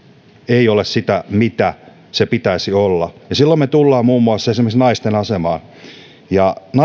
ei ole sitä mitä sen pitäisi olla silloin me tulemme muun muassa esimerkiksi naisten asemaan ja naiset